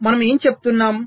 మనము ఏమి చెబుతున్నాము